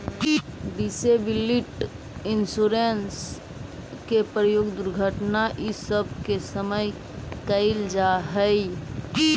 disability insurance के प्रयोग दुर्घटना इ सब के समय कैल जा हई